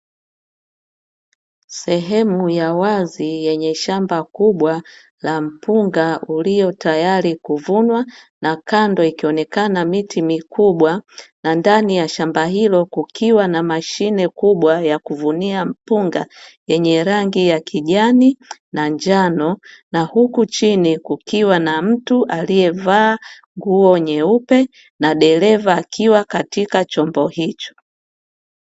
Sehemu ya wazi yenye shamba kubwa la mpunga uliotayari kuvunwa na kando ikionekana miti mikubwa na ndani ya shamba hilo kukiwa na mashine kubwa ya kuvunia mpunga yenye rangi ya kijani na njano na, huku chini kukiwa na mtu aliyevaa nguo nyeupe na dereva akiwa katika chombo chiko.